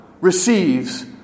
receives